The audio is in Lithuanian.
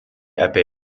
apie